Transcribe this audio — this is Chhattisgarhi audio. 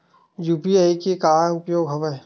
यू.पी.आई के का उपयोग हवय?